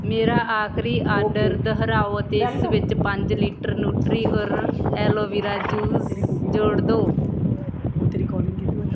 ਮੇਰਾ ਆਖਰੀ ਆਰਡਰ ਦੁਹਰਾਓ ਅਤੇ ਇਸ ਵਿੱਚ ਪੰਜ litre Nutriorg aloe vera juice ਜੋੜ ਦੋ